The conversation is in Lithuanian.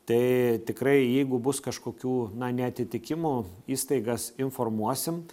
tai tikrai jeigu bus kažkokių neatitikimų įstaigas informuosim